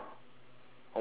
almost cried